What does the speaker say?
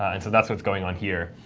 and so that's what's going on here,